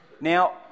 Now